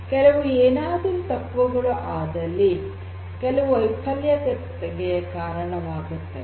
ಕೆಲವು ಏನಾದರು ತಪ್ಪುಗಳು ಆದಲ್ಲಿ ಕೆಲವು ವೈಫಲ್ಯಗಳಿಗೆ ಕಾರಣವಾಗುತ್ತವೆ